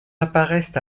apparaissent